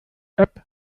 app